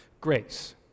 Grace